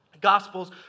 gospels